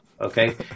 Okay